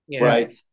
Right